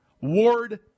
Ward